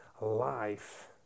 life